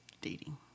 dating